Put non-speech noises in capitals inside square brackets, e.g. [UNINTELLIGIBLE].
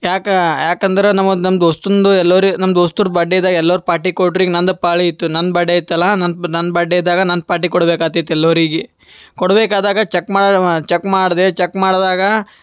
ಯಾಕೆ ಯಾಕಂದ್ರೆ ನಮ್ಮದು ನಮ್ಮ ದೋಸ್ತಂದು ಎಲ್ಲರಿಗೆ ನಮ್ಮ ದೋಸ್ತರು ಬರ್ಡೆದಾಗ ಎಲ್ಲರು ಪಾರ್ಟಿ ಕೊಟ್ರು ಈಗ ನಂದು ಪಾಳಿ ಇತ್ತು ನನ್ನ ಬರ್ಡೆ ಇತ್ತಲ್ಲ ನನ್ನ ನನ್ನ ಬರ್ಡೆದಾಗ ನಾನು ಪಾರ್ಟಿ ಕೊಡ್ಬೇಕಾಗ್ತಿತ್ತು ಎಲ್ಲರಿಗೆ ಕೊಡ್ಬೇಕಾದಾಗ ಚಕ್ ಮಾ [UNINTELLIGIBLE] ಚಕ್ ಮಾಡಿದೆ ಚಕ್ ಮಾಡಿದಾಗ